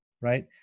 Right